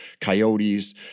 coyotes